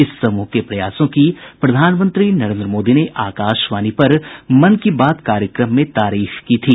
इस समूह के प्रयासों की प्रधानमंत्री नरेंद्र मोदी ने आकाशवाणी पर मन की बात कार्यक्रम में तारीफ की थी